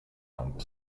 hand